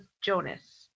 Jonas